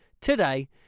today